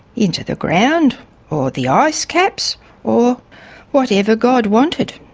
into the ground or the ice caps or whatever god wanted.